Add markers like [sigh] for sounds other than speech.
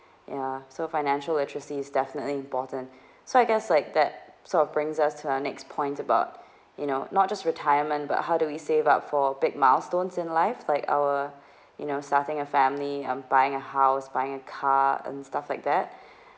ya so financial literacy is definitely important [breath] so I guess like that sort of brings us to our next point about [breath] you know not just retirement but how do we save up for big milestones in life like our [breath] you know starting a family and buying a house buying a car and stuff like that [breath]